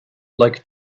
like